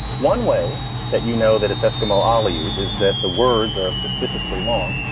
one way that you know that it's eskimo ah aliyu is that the words are suspiciously long.